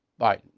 Biden